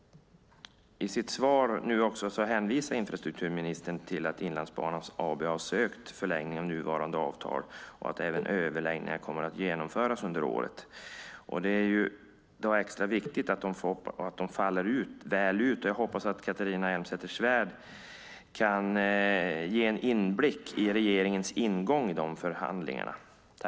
I sitt svar hänvisar infrastrukturministern till att Inlandsbanan AB har sökt förlängning av nuvarande avtal och att överläggningar kommer att ske under året. Det är då extra viktigt att de faller väl ut. Jag hoppas att Catharina Elmsäter-Svärd kan ge en inblick i regeringens ingång i de förhandlingarna.